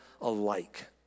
alike